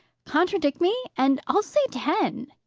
contradict me, and i'll say ten.